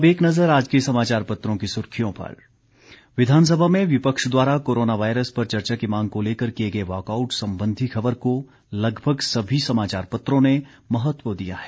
अब एक नजर अखबारों की सुर्खियों पर विधानसभा में विपक्ष द्वारा कोरोना वायरस पर चर्चा की मांग को लेकर किए गए वाकआउट संबंधी खबर को लगभग सभी समाचार पत्रों ने महत्व दिया है